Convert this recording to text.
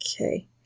Okay